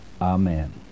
amen